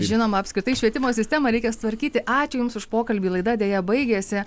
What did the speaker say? žinoma apskritai švietimo sistemą reikia sutvarkyti ačiū jums už pokalbį laida deja baigėsi